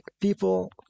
people